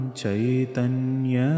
chaitanya